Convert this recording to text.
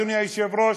אדוני היושב-ראש,